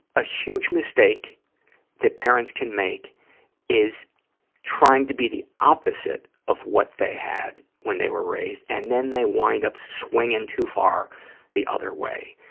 a huge mistake that parents can make is trying to be the opposite of what they had when they were raised, and then they wind up swinging too far the other way.